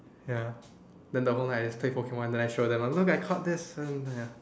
ya then the whole night I just play Pokemon then I show my mom look I caught this then ya